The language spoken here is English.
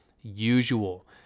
usual